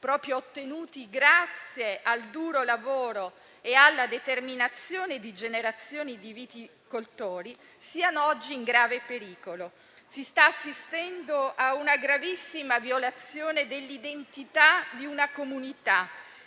proprio grazie al duro lavoro e alla determinazione di generazioni di viticoltori, siano oggi in grave pericolo. Si sta assistendo a una gravissima violazione dell'identità di una comunità